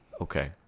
Okay